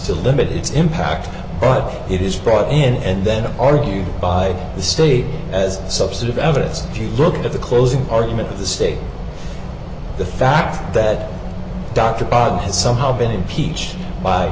to limit its impact but it is brought in and then argue by the state as subset of evidence if you look at the closing argument of the state the fact that dr bob has somehow been impeached by